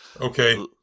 Okay